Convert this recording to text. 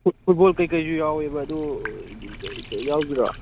football ꯀꯩ ꯀꯩꯁꯨ ꯌꯥꯎꯌꯦꯕ ꯑꯗꯨ ꯌꯥꯎꯁꯤꯔꯣ